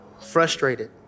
Frustrated